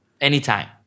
anytime